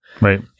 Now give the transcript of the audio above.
Right